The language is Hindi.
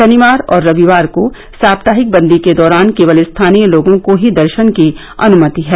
शनिवार और रविवार को साप्ताहिक बंदी के दौरान केवल स्थानीय लोगों को ही दर्शन की अनुमति है